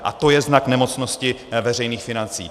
A to je znak nemocnosti veřejných financí.